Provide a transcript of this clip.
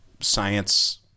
science